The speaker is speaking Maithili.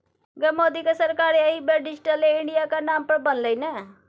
गै मोदीक सरकार एहि बेर डिजिटले इंडियाक नाम पर बनलै ने